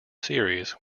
series